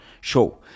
show